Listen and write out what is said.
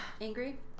angry